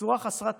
בצורה חסרת תקדים,